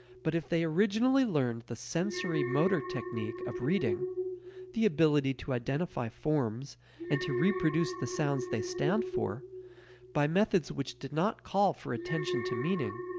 but if they originally learned the sensory-motor technique of reading the ability to identify forms and to reproduce the sounds they stand for by methods which did not call for attention to meaning,